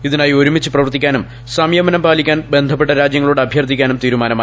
ഇതിനായി ഒരുമിച്ചു പ്രവർത്തിക്കാനും സംയമനം പാലിക്കാൻ ബന്ധപ്പെട്ട രാജ്യങ്ങളോട് അഭ്യർത്ഥിക്കാനും തീരുമാനമായി